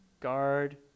Guard